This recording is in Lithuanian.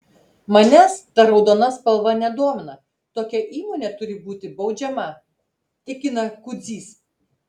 manęs ta raudona spalva nedomina tokia įmonė turi būti baudžiama tikina kudzys